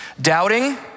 doubting